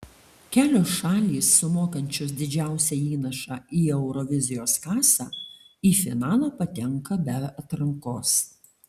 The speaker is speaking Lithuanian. kelios šalys sumokančios didžiausią įnašą į eurovizijos kasą į finalą patenka be atrankos